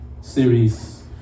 series